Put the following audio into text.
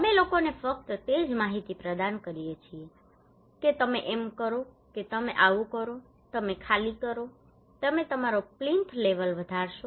અમે લોકોને ફક્ત તે જ માહિતી પ્રદાન કરીએ છીએ કે તમે એમ કરો કે તમે આવું કરો તમે ખાલી કરો તમે તમારો પ્લીન્થ લેવલ વધારશો